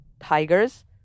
Tigers